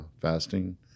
fasting